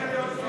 שתי דקות?